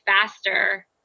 faster